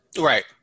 Right